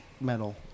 Metal